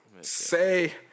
Say